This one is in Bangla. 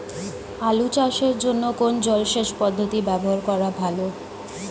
আলু চাষের জন্য কোন জলসেচ পদ্ধতি ব্যবহার করা ভালো?